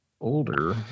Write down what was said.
older